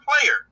player –